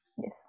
Yes